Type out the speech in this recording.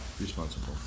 Responsible